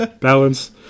Balance